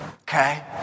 okay